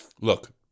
Look